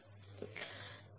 So look at this